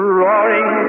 roaring